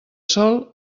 sol